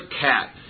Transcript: cat